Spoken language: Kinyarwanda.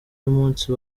y’umunsi